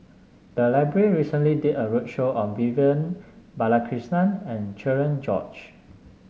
the library recently did a roadshow on Vivian Balakrishnan and Cherian George